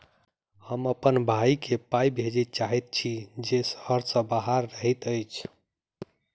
हम अप्पन भयई केँ पाई भेजे चाहइत छि जे सहर सँ बाहर रहइत अछि